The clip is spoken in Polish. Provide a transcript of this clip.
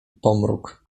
pomruk